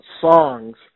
songs